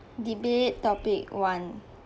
debate topic one